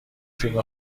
فیلم